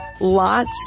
lots